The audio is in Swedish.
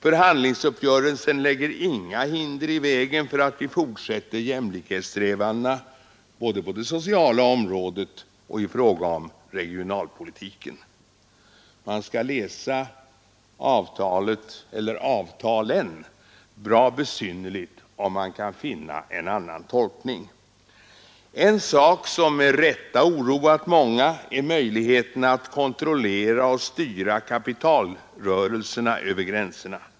Förhandlingsuppgörelsen lägger inga hinder i vägen för att vi fortsätter jämlikhetssträvandena både på det sociala 107 området och i fråga om regionalpolitiken. Man skall läsa avtalet eller avtalen bra besynnerligt, om man kan finna en annan tolkning. En sak som med rätta har oroat många är möjligheterna att kontrollera och styra kapitalrörelserna över gränserna.